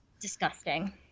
Disgusting